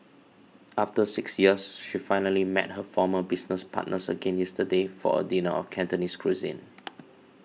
after six years she finally met her former business partners again yesterday for a dinner of Cantonese cuisine